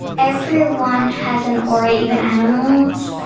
everyone has an aura, even animals.